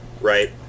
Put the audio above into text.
Right